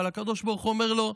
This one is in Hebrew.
אבל הקדוש ברוך הוא אומר לו: